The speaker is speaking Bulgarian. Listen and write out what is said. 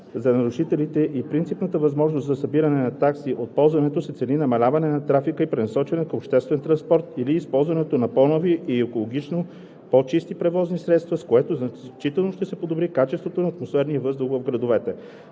за нарушителите и принципната възможност за събиране на такси от ползването се цели намаляването на трафика и пренасочването към обществен транспорт или използването на по нови и екологично по-чисти превозни средства, с което значително ще се подобри качеството на атмосферния въздух в градовете.